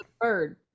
bird